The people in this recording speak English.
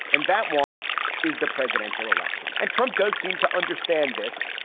and that one is the presidential election. and trump does seem to understand this.